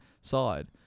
side